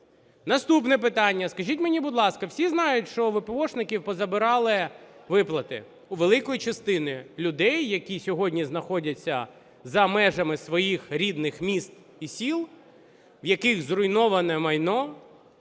Наступне питання. Скажіть, мені, будь ласка, всі знають, що у вепеошників позабирали виплати? У великої частини людей, які сьогодні знаходяться за межами своїх рідних міст і сіл, в яких зруйноване майно,